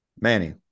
Manny